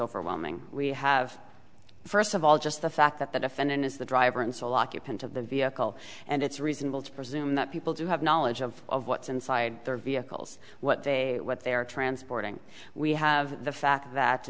overwhelming we have first of all just the fact that the defendant is the driver and sole occupant of the vehicle and it's reasonable to presume that people do have knowledge of what's inside their vehicles what they what they are transporting we have the fact